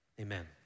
amen